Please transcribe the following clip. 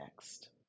next